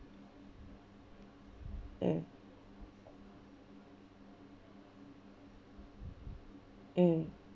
mm mm